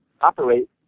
operate